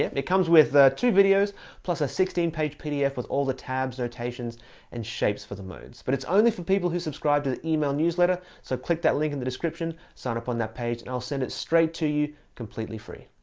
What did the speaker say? it it comes with two videos plus a sixteen page pdf with all the tabs, notation and shapes for the modes. but it's only for people who subscribe to the email newsletter, so click the link in the description, sign up on that page and i'll send it straight to you completely free.